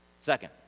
Second